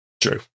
True